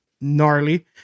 gnarly